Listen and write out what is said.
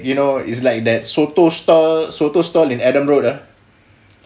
you know is like that soto stall soto stall in adam road ah